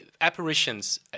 Apparitions